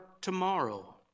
tomorrow